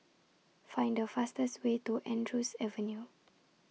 Find The fastest Way to Andrews Avenue